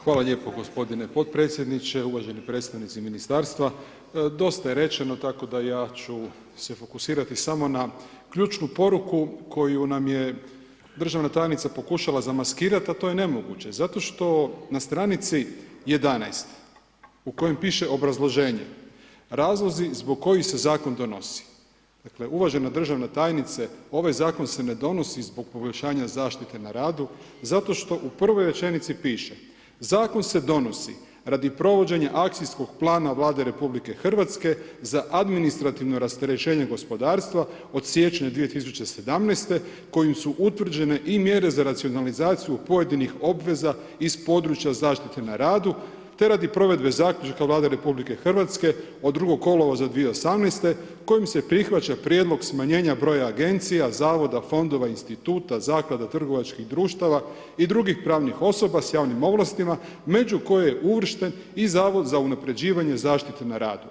Hvala lijepo gospodine potpredsjedniče, uvaženi predstavnici ministarstva, dosta je rečeno, tako da ja ću se fokusirati samo na ključnu poruku, koju nam je državna tajnica pokušala zamaskirati, a to je nemoguće, zato što na stranici 11 u kojem piše obrazloženje, razlozi zbog kojih se zakon donosi, dakle, uvažene državna tajnice, ovaj zakon se ne donosi zbog poboljšanja zaštite na radu, zato što u prvoj rečenici piše, zakon se donosi radi provođenje akcijskog plana Vlade RH, za administrativno rasterećenje gospodarstva, od siječnja 2017. kojim su utvrđene i mjere za racionalizaciju pojedinih obveza iz područja zaštite na radu, te radi provedbe zaključka vlade RH, od 2. kolovoza 2018. kojim se prihvaća prijedlog smanjenja broja agencija, zavoda, fondova, instituta, zaklada, trgovačkih društava i drugih pravnih osoba s javnim ovlastima među koje je izvješten i zavod za unapređivanje zaštite na radu.